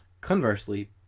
Conversely